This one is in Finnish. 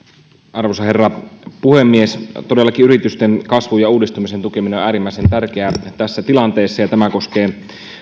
arvoisa herra puhemies todellakin yritysten kasvun ja uudistumisen tukeminen on äärimmäisen tärkeää tässä tilanteessa ja tämä koskee